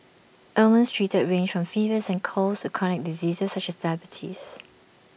ailments treated range from fevers and colds to chronic diseases such as diabetes